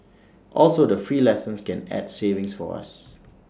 also the free lessons can add savings for us